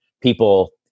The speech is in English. people